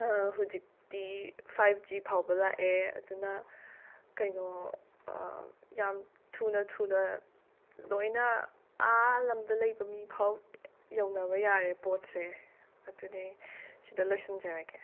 ꯍꯧꯖꯤꯛꯇꯤ five G ꯐꯥꯎꯕ ꯂꯥꯛꯑꯦ ꯑꯗꯨꯅ ꯀꯩꯅꯣ ꯌꯥꯝ ꯊꯨꯅ ꯊꯨꯅ ꯂꯣꯏꯅ ꯂꯝꯗ ꯂꯩꯕ ꯃꯤ ꯐꯥꯎ ꯌꯧꯅꯕ ꯌꯥꯔꯦ ꯄꯣꯠꯁꯦ ꯑꯗꯨꯅꯦ ꯁꯤꯗ ꯂꯣꯏꯁꯤꯟꯖꯔꯒꯦ